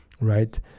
right